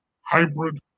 hybrid